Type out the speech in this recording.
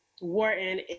Wharton